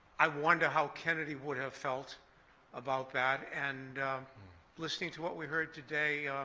i wonder how kennedy would have felt about that. and listening to what we've heard today,